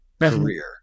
career